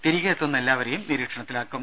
തിരികെ എത്തുന്ന എല്ലാവരേയും നിരീക്ഷണത്തിലാക്കും